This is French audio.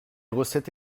recettes